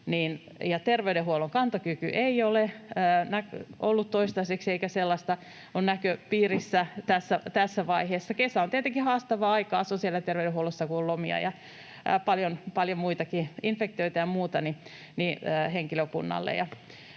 Terveydenhuollon kantokyky ei ole ollut toistaiseksi vaarassa, eikä sellaista ole näköpiirissä tässä vaiheessa. Kesä on tietenkin haastavaa aikaa sosiaali- ja terveydenhuollossa henkilökunnalle